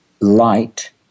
light